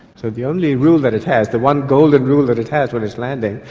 so the only rule that it has, the one golden rule that it has when it's landing,